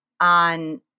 on